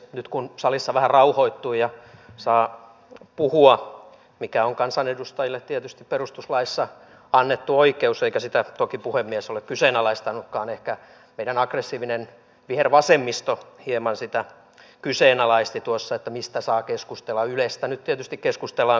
nyt puhun kun salissa vähän rauhoittui ja saa puhua mikä on kansanedustajille tietysti perustuslaissa annettu oikeus eikä sitä toki puhemies ole kyseenalaistanutkaan ehkä meidän aggressiivinen vihervasemmisto hieman sitä kyseenalaisti tuossa että mistä saa keskustella ylestä nyt tietysti keskustellaan kokonaisuutena